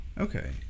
okay